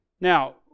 Now